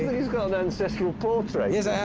he's got an ancestral portrait. yes, i